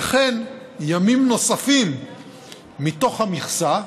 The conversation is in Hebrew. וכן ימים נוספים מתוך המכסה,